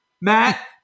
Matt